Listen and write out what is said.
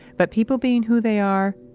but, people being who they are,